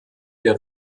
der